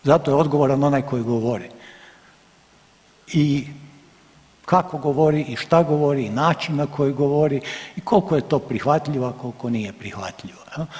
To ide za to je odgovoran onaj koji govori i kako govori i šta govori i način na koji govori i koliko je to prihvatljivo, a koliko nije prihvatljivo.